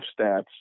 stats